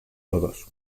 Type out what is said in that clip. todos